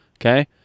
okay